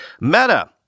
Meta